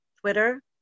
Twitter